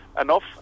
enough